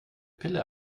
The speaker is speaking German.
pille